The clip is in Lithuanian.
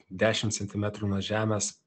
dešimt centimetrų nuo žemės